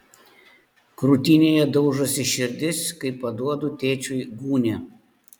krūtinėje daužosi širdis kai paduodu tėčiui gūnią